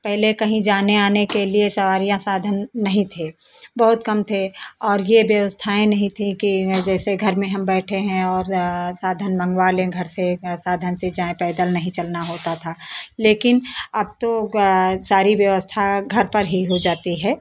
पहले कहीं जाने आने के लिए सवारियाँ साधन नहीं थे बहुत कम थे और ये व्यवस्थाएं नहीं थी कि जैसे घर में हम बैठे हैं और साधन मंगवा लें घर से साधन से जाएँ पैदल नहीं चलना होता था लेकिन अब तो सारी व्यवस्था घर पर ही हो जाती है